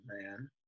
man